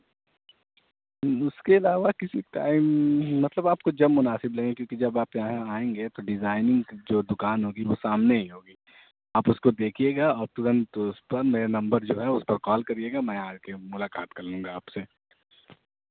اس کے علاوہ کسی ٹائم مطلب آپ کو جب مناسب لگے کیونکہ جب آپ یہاں آئیں گے تو ڈیزائنگ جو دکان ہوگی وہ سامنے ہی ہوگی آپ اس کو دیکھیے گا اور ترنت اس پر میرا نمبر جو ہے اس پر کال کریے گا میں آ کے ملاقات کر لوں گا آپ سے